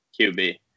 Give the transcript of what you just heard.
qb